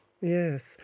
Yes